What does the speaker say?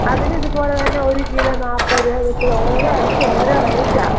അതിനിതുപോലെതന്നെ ഒരു കിലോ നാൽപത് രൂപ ഇതിപ്പോൾ ഓരോ അരിക്കും ഓരോ റേറ്റ് ആണ്